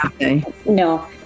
no